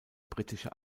britische